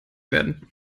werden